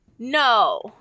No